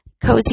cozy